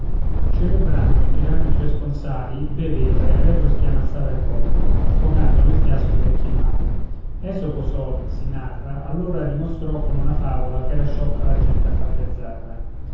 celebrando un tiranno i suoi sponsali beveva e allegro schiamazzava il popolo affogando nel fiasco i vecchi mali esopo sol si narra allora dimostrò con una favola ch'era sciocca la gente a far gazzarra